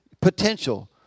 potential